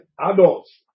adults